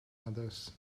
others